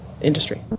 industry